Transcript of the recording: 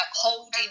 holding